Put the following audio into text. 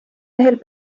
mehel